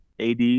AD